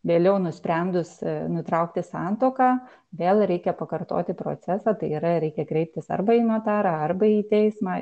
vėliau nusprendus nutraukti santuoką vėl reikia pakartoti procesą tai yra reikia kreiptis arba į notarą arba į teismą